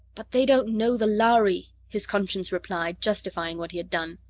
but they don't know the lhari, his conscience replied, justifying what he had done.